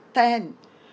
attend